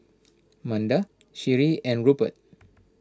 Manda Sheree and Rupert